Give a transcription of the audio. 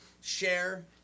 share